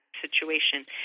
situation